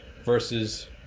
versus